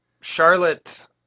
Charlotte